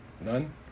None